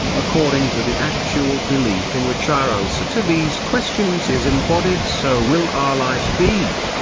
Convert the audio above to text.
according to the actual belief in which our answer to these questions is embodied so will our lives be.